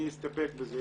אני אסתפק בזה.